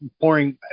pouring